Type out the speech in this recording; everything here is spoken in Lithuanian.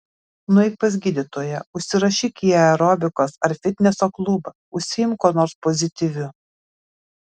nueik pas gydytoją užsirašyk į aerobikos ar fitneso klubą užsiimk kuo nors pozityviu